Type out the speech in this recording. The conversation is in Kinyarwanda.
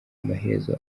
amaherezo